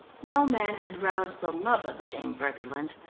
no man had roused the love of jean briggerland,